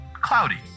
cloudy